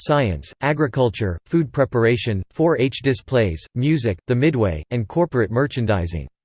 science, agriculture, food preparation, four h displays, music, the midway, and corporate merchandising.